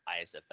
ISFL